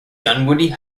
dunwoody